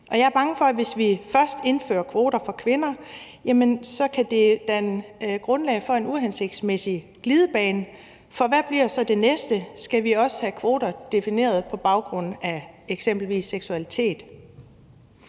Og jeg er bange for, at det, hvis vi først indfører kvoter for kvinder, kan danne grundlag for en uhensigtsmæssig glidebane, for hvad bliver så det næste? Skal vi også have kvoter defineret på baggrund af eksempelvis seksualitet?